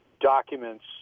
documents